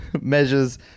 Measures